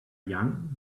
young